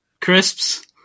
crisps